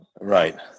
Right